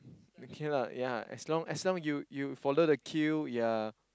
okay lah ya as long as long you you follow the queue ya